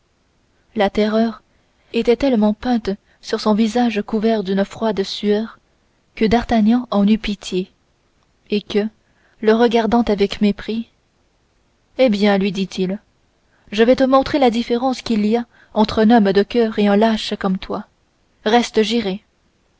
la terreur était tellement peinte sur son visage couvert d'une froide sueur que d'artagnan en eut pitié et que le regardant avec mépris eh bien lui dit-il je vais te montrer la différence qu'il y a entre un homme de coeur et un lâche comme toi reste j'irai